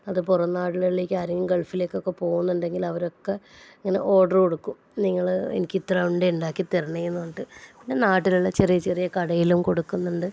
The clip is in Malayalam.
അത് പുറം നാടുകളിലേക്ക് ആരെങ്കിലും ഗൾഫിലേക്കൊക്കെ പോകുന്നുണ്ടെങ്കിൽ അവരൊക്കെ ഇങ്ങനെ ഓർഡറ് കൊടുക്കും നിങ്ങളെ എനിക്ക് ഇത്ര ഉണ്ട ഉണ്ടാക്കി തരണേ എന്ന് പറഞ്ഞിട്ട് പിന്നെ നാട്ടിലുള്ള ചെറിയ ചെറിയ കടയിലും കൊടുക്കുന്നുണ്ട്